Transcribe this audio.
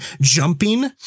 jumping